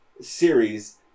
series